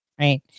Right